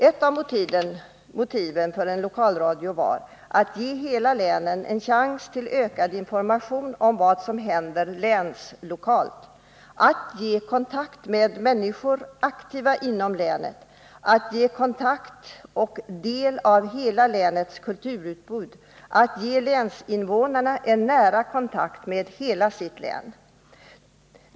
Ett av motiven för en lokalradio var att ge länen i deras helhet en chans till ökad information om vad som händer ”länslokalt”, att ge kontakt med människor som är aktiva inom länet, att ge kontakt med och del av hela länets kulturutbud samt att ge länsinvånarna nära kontakt med hela sitt län.